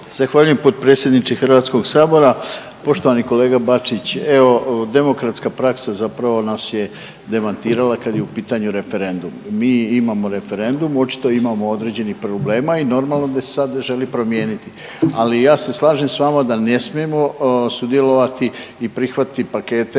Zahvaljujem potpredsjedniče Hrvatskog sabora. Poštovani kolega Bačić, evo demokratska praksa zapravo nas je demantirala kad je u pitanju referendum. Mi imamo referendum očito imamo određenih problema i normalno da se sad želi promijeniti. Ali ja se slažem s vama da ne smijemo sudjelovati i prihvatiti pakete